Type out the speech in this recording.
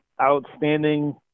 Outstanding